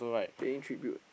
paying tribute